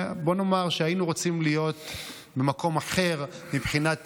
ובוא נאמר שהיינו רוצים להיות במקום אחר מבחינת